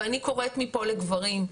ואני קוראת מפה לגברים,